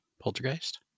poltergeist